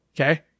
Okay